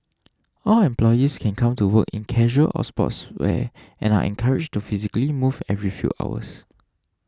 all employees can come to work in casual or sportswear and are encouraged to physically move every few hours